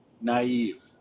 naive